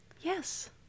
Yes